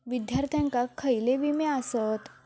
विद्यार्थ्यांका खयले विमे आसत?